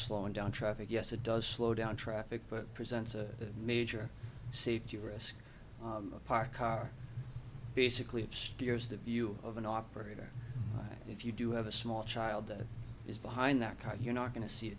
slowing down traffic yes it does slow down traffic but presents a major safety risk a parked car basically steers the view of an operator if you do have a small child that is behind that car you're not going to see it